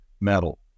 metal